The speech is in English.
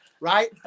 Right